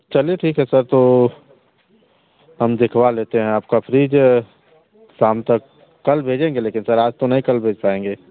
चलिए ठीक है सर तो हम दिखवा लेते हैं आपका फ्रिज शाम तक कल भेजेंगे लेकिन सर आज तो नहीं कल भेज पाएँगे